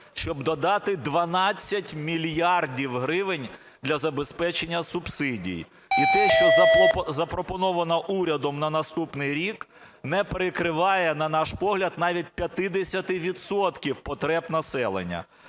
щоб додати 12 мільярдів гривень для забезпечення субсидій і те, що запропоновано урядом на наступний рік, не перекриває, на наш погляд, навіть 50 відсотків потреб населення.